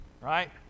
Right